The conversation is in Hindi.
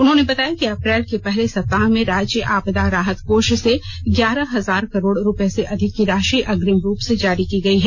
उन्होंने बताया कि अप्रैल के पहले सप्ताह में राज्य आपदा राहत कोष से ग्यारह हजार करोड रुपये से अधिक की राशि अग्रिम रूप से जारी की गई है